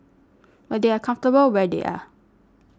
but they are comfortable where they are